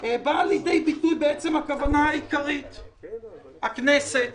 באה לידי ביטוי הכוונה העיקרית, וזה שהכנסת